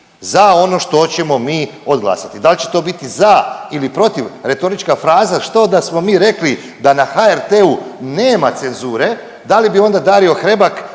za ono što ćemo mi odglasati, dal će to biti za ili protiv, retorička fraza, što da smo mi rekli da na HRT-u nema cenzure da li bi onda Dario Hrebak